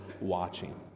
watching